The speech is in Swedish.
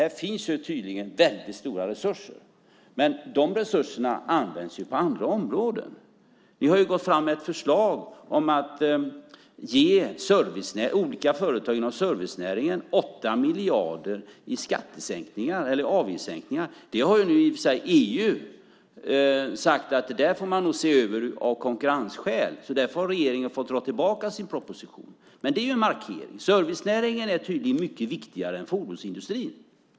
Här finns tydligen stora resurser, men de används på andra områden. Ni har gått fram med ett förslag om att ge olika företag inom servicenäringen 8 miljarder i avgiftssänkningar. Det har nu EU sagt att man får se över av konkurrensskäl. Därför har nu regeringen fått dra tillbaka sin proposition. Det är en markering. Servicenäringen är tydligen mycket viktigare än fordonsindustrin.